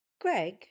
Greg